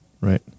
Right